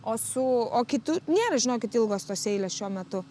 o su o kitur nėra žinokit ilgos tos eilės šiuo metu